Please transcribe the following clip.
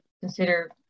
consider